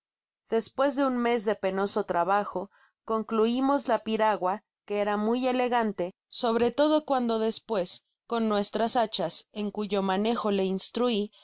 despues de un mes de penoso trabajo concluimos la piragua que era muy elegante sobre todo cuando despues con nuestras hachas en cuyo manejo le instrui